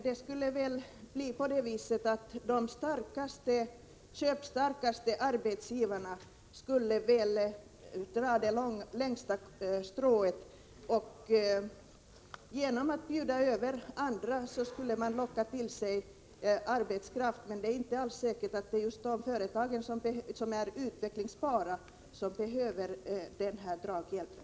Det skulle nog bli så att de köpstarkaste arbetsgivarna skulle dra det längsta strået. Genom att bjuda över andra skulle de locka till sig arbetskraft, men det är inte alls säkert att det är just de utvecklingsbara företagen som får den draghjälpen.